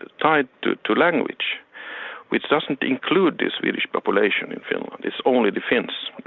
tied, to to language which doesn't include the swedish population in finland. it's only the finns.